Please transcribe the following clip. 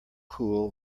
cool